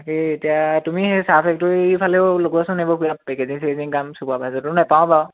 সেই এতিয়া তুমি সেই চাহ ফেক্টৰী ফালেও লগোৱাচোন এইবোৰ কিবা পেকেজিং চেকেজিং কাম চুপাৰভাইজাৰতো নাপাওঁ বাৰু